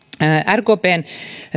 rkpn